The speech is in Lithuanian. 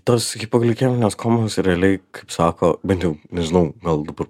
tos hipoglikeminės komos realiai kaip sako bent jau nežinau gal dabar